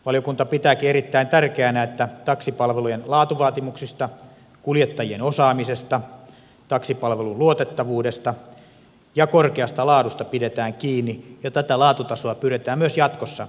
valiokunta pitääkin erittäin tärkeänä että taksipalvelujen laatuvaatimuksista kuljettajien osaamisesta taksipalvelun luotettavuudesta ja korkeasta laadusta pidetään kiinni ja tätä laatutasoa pyritään myös jatkossa kehittämään